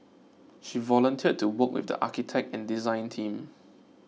she volunteered to work with the architect and design team